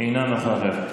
אינה נוכחת,